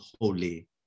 holy